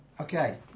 Okay